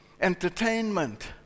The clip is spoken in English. entertainment